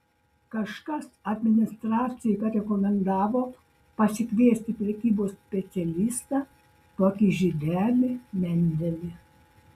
kažkas administracijai parekomendavo pasikviesti prekybos specialistą tokį žydelį mendelį